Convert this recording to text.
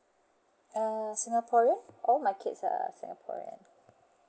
err singaporean all my kids are singaporean